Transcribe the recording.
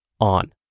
on